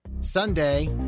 Sunday